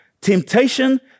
Temptation